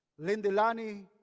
Lindelani